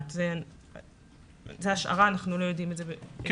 זו השערה, אנחנו לא יודעים את זה, לא בדקתי.